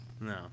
No